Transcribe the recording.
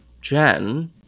Jen